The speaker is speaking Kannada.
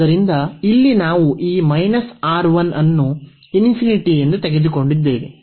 ಆದ್ದರಿಂದ ಇಲ್ಲಿ ನಾವು ಈ R1 ಅನ್ನು ∞ ಎಂದು ತೆಗೆದುಕೊಂಡಿದ್ದೇವೆ